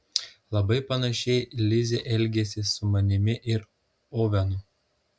labai panašiai lizė elgėsi su manimi ir ovenu